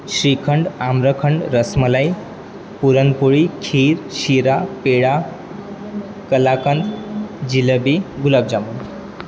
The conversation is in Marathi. श्रीखंड आम्रखंड रसमलाई पुरणपोळी खीर शिरा पेढा कलाकंद जिलेबी गुलाबजाम